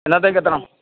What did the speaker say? എന്നത്തേക്കെത്തണം